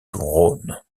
trône